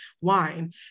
wine